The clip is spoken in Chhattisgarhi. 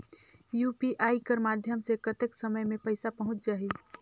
यू.पी.आई कर माध्यम से कतेक समय मे पइसा पहुंच जाहि?